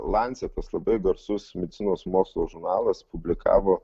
lancetas labai garsus medicinos mokslo žurnalas publikavo